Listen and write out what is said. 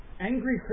Angry